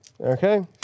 Okay